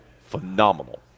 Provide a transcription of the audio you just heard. phenomenal